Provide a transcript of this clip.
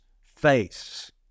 face